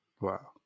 wow